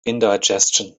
indigestion